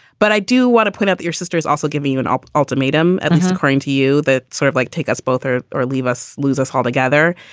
but i do want to point out your sister is also giving you an ah ultimatum, at least according to you, that sort of like take us both or or leave us lose us altogether.